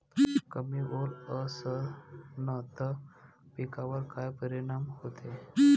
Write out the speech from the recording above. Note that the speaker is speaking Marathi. कमी ओल असनं त पिकावर काय परिनाम होते?